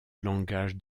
langage